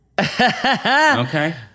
Okay